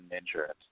insurance